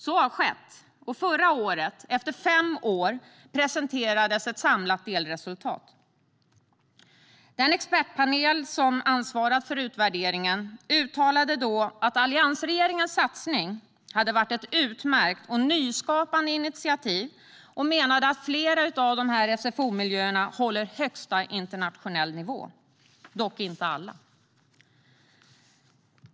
Så har skett, och förra året, efter fem år, presenterades ett samlat delresultat. Den expertpanel som ansvarade för utvärderingen uttalade då att alliansregeringens satsning hade varit ett utmärkt och nyskapande initiativ och menade att flera av SFO-miljöerna håller högsta internationella nivå, dock inte alla.